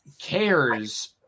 cares